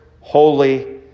holy